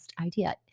idea